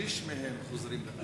שליש מהם חוזרים לסמים.